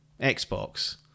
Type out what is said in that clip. Xbox